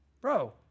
bro